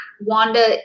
Wanda